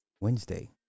Wednesday